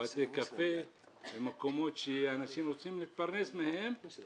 בתי קפה ומקומות מהם אנשים רוצים להתפרנס ובכך